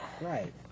Right